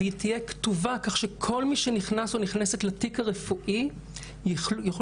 והיא תהיה כתובה כך שכל מי שנכנס ונכנסת לתיק הרפואי יוכלו